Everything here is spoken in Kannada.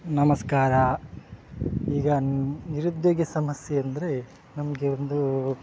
ನಮಸ್ಕಾರ ಈಗ ನಿರುದ್ಯೋಗ ಸಮಸ್ಯೆ ಅಂದರೆ ನಮಗೆ ಒಂದು